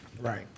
Right